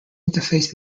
interface